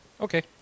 Okay